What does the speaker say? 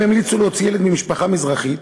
הם המליצו להוציא ילד ממשפחה מזרחית